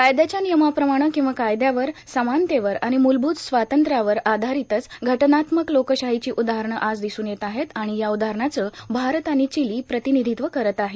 कायद्याच्या नियमाप्रमाणं किंवा कायद्यावर समानतेवर आणि म्लभूत स्वातंन्न्यावर आधारितच घटनात्मक लोकशाहीची उहारणं आज दिसून येत आहेत आणि या उहारणाचं भारत आणि चिली प्रतिनिधित्व करत आहेत